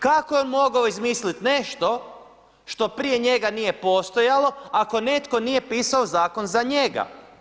Kako on je mogao izmisliti nešto što prije njega nije postojalo ako netko nije pisao zakon za njega.